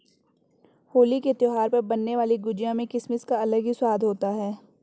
होली के त्यौहार पर बनने वाली गुजिया में किसमिस का अलग ही स्वाद होता है